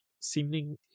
Seeming